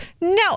No